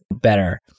better